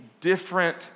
different